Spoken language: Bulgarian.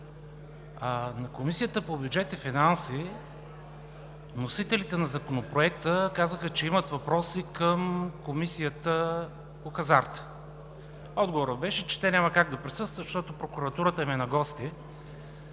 На Комисията по бюджет и финанси вносителите на Законопроекта казаха, че имат въпроси към Комисията по хазарта. Отговорът беше, че те няма как да присъстват, защото прокуратурата им е на гости.